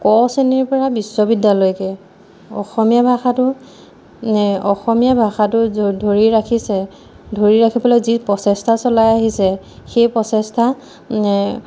ক শ্ৰেণীৰ পৰা বিশ্ববিদ্যালয়লেকে অসমীয়া ভাষাটো অসমীয়া ভাষাটো ধৰি ৰাখিছে ধৰি ৰাখিবলৈ যি প্ৰচেষ্টা চলাই আহিছে সেই প্ৰচেষ্টা